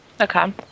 okay